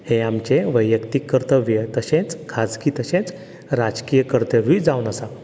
हें आमचें वैयक्तीक कर्तव्य तशेंच खाजगी तशेंच राजकीय कर्तव्यूय जावन आसा